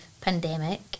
pandemic